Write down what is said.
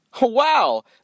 Wow